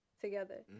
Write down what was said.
together